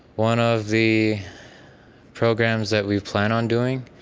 one of the programs that we plan on doing,